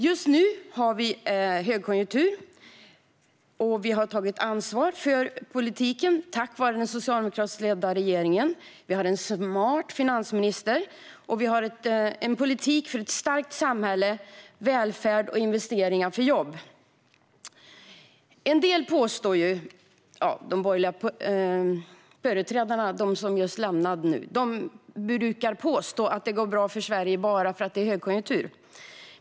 Just nu har vi högkonjunktur, och vi har tagit ansvar för politiken tack vare den socialdemokratiskt ledda regeringen. Vi har en smart finansminister och en politik för ett starkt samhälle, välfärd och investeringar för jobb. De borgerliga företrädarna, som lämnade oss nu, brukar påstå att det går bra för Sverige bara för att det är högkonjunktur.